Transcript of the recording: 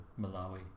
Malawi